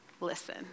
listen